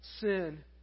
sin